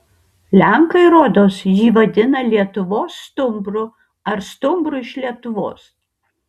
lenkai rodos jį vadina lietuvos stumbru ar stumbru iš lietuvos